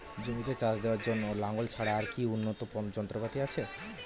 জমিতে চাষ দেওয়ার জন্য লাঙ্গল ছাড়া আর কি উন্নত যন্ত্রপাতি আছে?